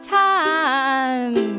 time